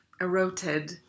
eroded